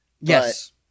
Yes